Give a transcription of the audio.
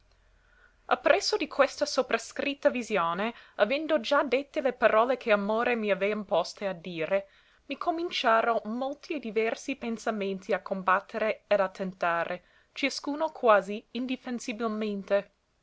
o ppresso di questa soprascritta visione avendo già dette le parole che amore m'avea imposte a dire mi cominciaro molti e diversi pensamenti a combattere ed a tentare ciascuno quasi